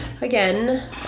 again